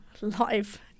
live